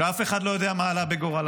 שאף אחד לא יודע מה עלה בגורלה.